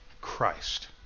Christ